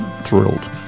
thrilled